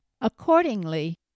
accordingly